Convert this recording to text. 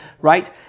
right